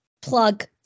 Plug